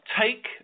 take